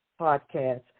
podcast